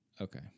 Okay